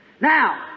Now